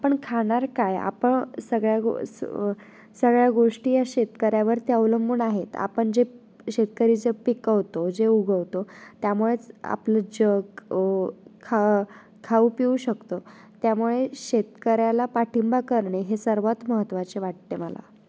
आपण खाणार काय आपण सगळ्या गो स सगळ्या गोष्टी या शेतकऱ्यावर ते अवलंबून आहेत आपण जे शेतकरी जे पिकवतो जे उगवतो त्यामुळेच आपलं जग खा खाऊ पिऊ शकतो त्यामुळे शेतकऱ्याला पाठिंबा करणे हे सर्वात महत्त्वाचे वाटते मला